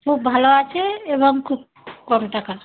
খুব ভালো আছে এবং খুব কম টাকা